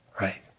Right